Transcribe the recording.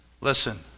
Listen